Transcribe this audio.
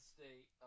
State